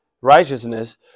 righteousness